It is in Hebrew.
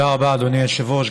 תודה רבה, אדוני היושב-ראש.